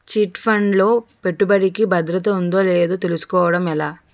Chit fund లో పెట్టుబడికి భద్రత ఉందో లేదో తెలుసుకోవటం ఎలా?